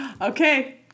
okay